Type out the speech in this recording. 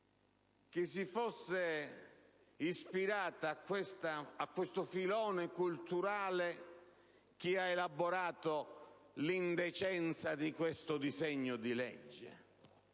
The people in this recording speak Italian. che si fosse ispirato a questo filone culturale chi ha elaborato l'indecenza di questo disegno di legge.